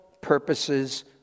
purposes